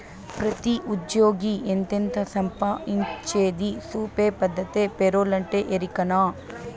పెతీ ఉజ్జ్యోగి ఎంతెంత సంపాయించేది సూపే పద్దతే పేరోలంటే, ఎరికనా